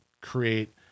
create